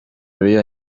real